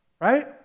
right